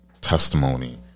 testimony